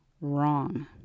wrong